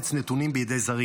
נתונים בידי זרים.